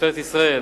ישראל,